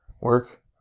Work